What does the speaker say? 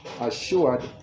assured